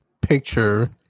picture